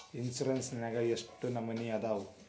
Insurance ನ್ಯಾಗ ಎಷ್ಟ್ ನಮನಿ ಅದಾವು?